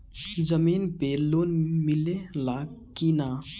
जमीन पे लोन मिले ला की ना?